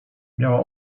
miała